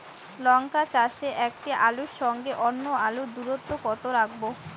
লঙ্কা চাষে একটি আলুর সঙ্গে অন্য আলুর দূরত্ব কত রাখবো?